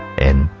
and